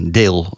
deel